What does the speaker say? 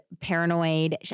paranoid